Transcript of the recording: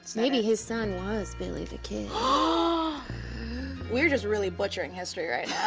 maybe his son was billy the kid. ah we're just really butchering history right